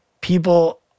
People